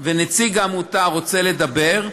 ונציג העמותה רוצה לדבר,